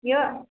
जीअं